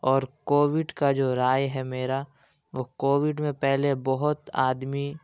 اور کووڈ کا جو رائے ہے میرا وہ کووڈ میں پہلے بہت آدمی